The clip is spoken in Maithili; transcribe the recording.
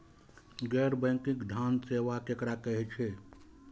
गैर बैंकिंग धान सेवा केकरा कहे छे?